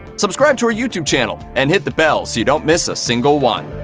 subscribe to our youtube channel and hit the bell so you don't miss a single one.